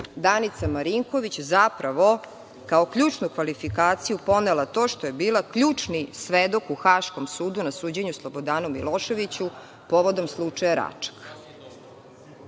Danica Marinković, zapravo kao ključnu kvalifikaciju, ponela to što je bila ključni svedok u Haškom sudu, na suđenju Slobodanu Miloševiću, povodom slučaja Račak. Pošto